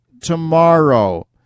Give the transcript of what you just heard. tomorrow